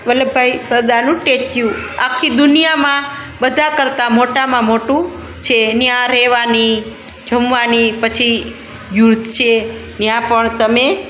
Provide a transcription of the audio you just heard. વલ્લભભાઈ સરદારનું ટેચ્યૂ આખી દુનિયામાં બધા કરતાં મોટામાં મોટું છે ત્યાં રહેવાની જમવાની પછી વ્યૂજ છે ત્યાં પણ તમે